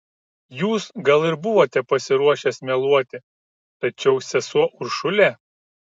jūs gal ir buvote pasiruošęs meluoti tačiau sesuo uršulė